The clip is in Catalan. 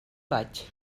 vaig